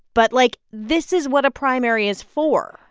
but, like, this is what a primary is for.